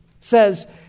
says